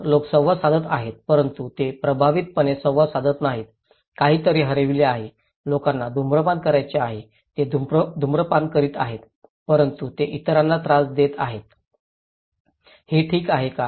तर लोक संवाद साधत आहेत परंतु ते प्रभावीपणे संवाद साधत नाहीत काहीतरी हरवले आहे लोकांना धूम्रपान करायचे आहे ते धूम्रपान करीत आहेत परंतु ते इतरांना त्रास देत आहेत हे ठीक आहे का